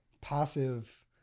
passive